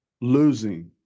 losing